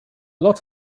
lot